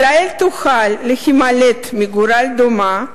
ישראל תוכל להימלט מגורל דומה,